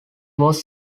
was